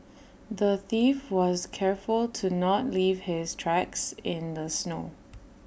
the thief was careful to not leave his tracks in the snow